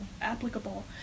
applicable